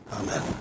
Amen